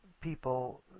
people